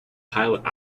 pilot